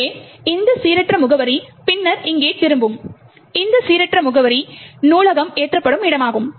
எனவே இந்த சீரற்ற முகவரி பின்னர் இங்கே திரும்பும் இந்த சீரற்ற முகவரி நூலகம் ஏற்றப்படும் இடமாகும்